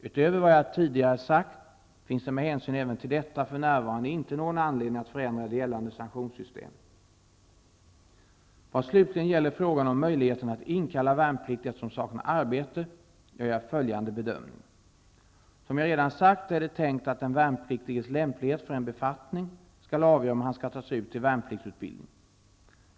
Utöver vad jag tidigare sagt finns det med hänsyn även till detta för närvarande inte någon anledning att förändra det gällande sanktionssystemet. Vad slutligen gäller frågan om möjligheterna att inkalla värnpliktiga som saknar arbete gör jag följande bedömning. Som jag redan sagt är det tänkt att den värnpliktiges lämplighet för en befattning skall avgöra om han skall tas ut till värnpliktsutbildning.